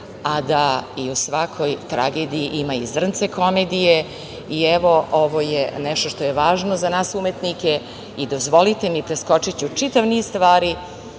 a da i u svakoj tragediji ima i zrnce komedije. Ovo je nešto što je važno za nas umetnike i dozvolite mi, preskočiću niz stvari,